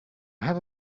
have